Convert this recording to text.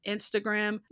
Instagram